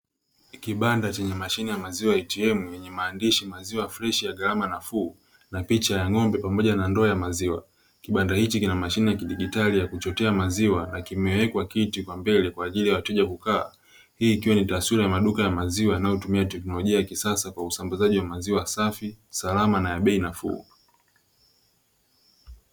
Kibanda chenye mashine ya maziwa ''ATM'', yenye maandishi ya gharama nafuu na picha ya ng'ombe pamoja na ndoo ya maziwa. Kibanda hichi kina mashine ya digitali ya kuchotea maziwa na kimewekwa kiti kwa mbele, kwa ajili ya wateja kukaa. Hii ikiwa ni taswira ya maduka ya maziwa yanayotumia teknolojia ya kisasa, kwa usambazaji wa maziwa safi salama na ya bei nafuu.